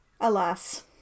Alas